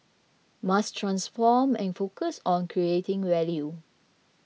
must transform and focus on creating value